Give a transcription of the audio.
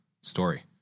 story